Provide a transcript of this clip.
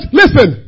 listen